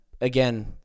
again